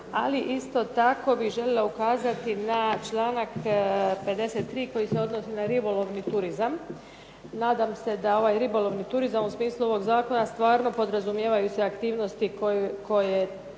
Ali isto tako bih željela ukazati na članak 53. koji se odnosi na ribolovni turizam i nadam se da ovaj ribolovni turizam u smislu ovog zakona stvarno podrazumijeva i sve aktivnosti koje